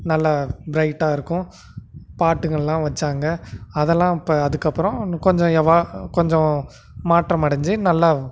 நல்ல ப்ரைட்டாக இருக்கும் பாட்டுங்களெலாம் வைச்சாங்க அதெலாம் இப்போ அதுக்கப்புறோம் இன்னும் கொஞ்சம் ஏ கொஞ்சம் மாற்றம் அடைஞ்சி நல்லா